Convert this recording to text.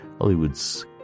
Hollywood's